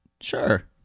Sure